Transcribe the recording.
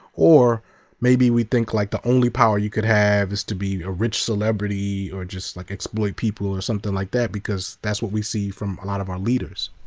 or maybe we think like the only power you could have is to be a rich celebrity or just like, exploit people or something like that because that's what we see from a lot of our leaders.